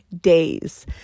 days